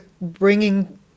bringing